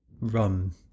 run